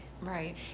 Right